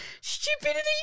stupidity